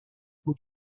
aux